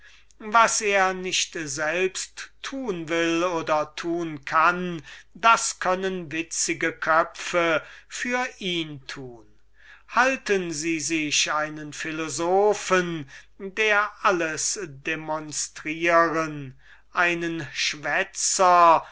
was er nicht selbst tun will oder tun kann das können witzige köpfe für ihn tun haltet euch einen philosophen der alles demonstrieren einen